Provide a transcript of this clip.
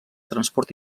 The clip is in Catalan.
transport